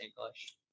English